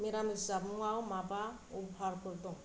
निरामिस जामुंआव माबा अफार फोर दं